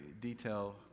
detail